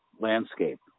landscape